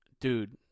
dude